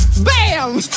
Bam